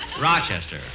Rochester